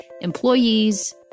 employees